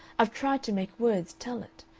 i've tried to make words tell it.